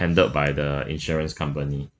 handled by the insurance company